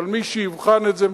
אבל מי שיבחן את זה,